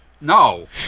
No